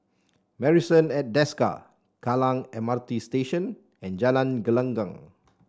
Marrison at Desker Kallang M R T Station and Jalan Gelenggang